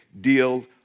deal